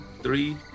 three